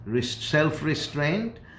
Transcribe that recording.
self-restraint